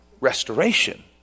Restoration